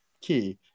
key